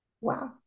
Wow